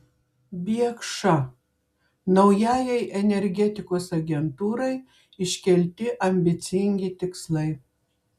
biekša naujajai energetikos agentūrai iškelti ambicingi tikslai